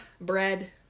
Bread